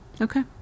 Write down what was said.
Okay